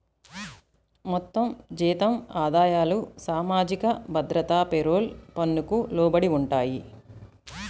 మొత్తం జీతం ఆదాయాలు సామాజిక భద్రత పేరోల్ పన్నుకు లోబడి ఉంటాయి